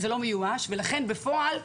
בפועל,